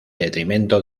detrimento